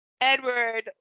Edward